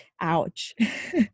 ouch